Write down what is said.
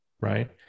right